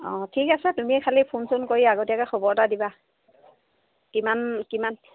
অঁ ঠিক আছে তুমি খালি ফোন চোন কৰি আগতীয়াকৈ খবৰ এটা দিবা কিমান কিমান